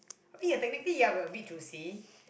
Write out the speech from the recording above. I mean ya technically ya we were a bit choosy